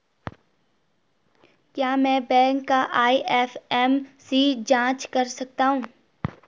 क्या मैं बैंक का आई.एफ.एम.सी जान सकता हूँ?